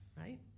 right